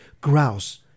Grouse